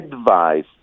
advice